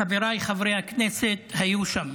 חבריי חברי הכנסת היו שם,